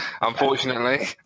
unfortunately